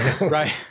Right